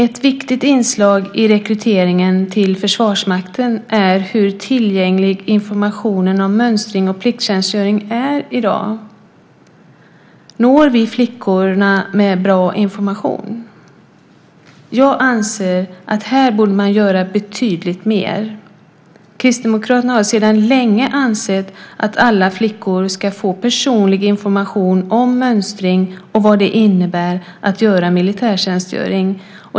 Ett viktigt inslag i rekryteringen till Försvarsmakten är hur tillgänglig informationen om mönstring och plikttjänstgöring är i dag. Når vi flickorna med bra information? Jag anser att man här borde göra betydligt mer. Kristdemokraterna har sedan länge ansett att alla flickor ska få personlig information om mönstring och vad det innebär att göra militärtjänstgöring.